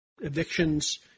evictions